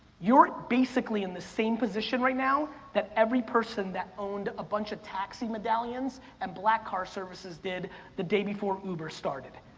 you're basically in the same position right now that every person that owned a bunch of taxi medallions and black car services did the day before uber started.